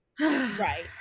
Right